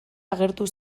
agertu